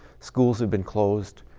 schools have been closed.